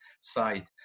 side